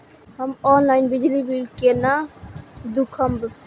हम ऑनलाईन बिजली बील केना दूखमब?